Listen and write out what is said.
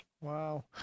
Wow